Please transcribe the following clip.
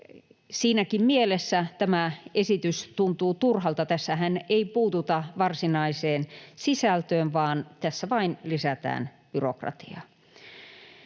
Siinäkin mielessä tämä esitys tuntuu turhalta: tässähän ei puututa varsinaiseen sisältöön, vaan tässä vain lisätään byrokratiaa.